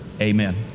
amen